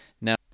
Now